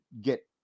get